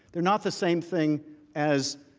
they are not the same thing as